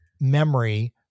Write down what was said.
memory